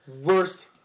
Worst